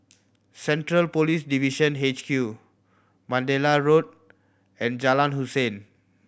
Central Police Division H Q Mandalay Road and Jalan Hussein